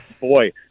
boy